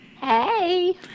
Hey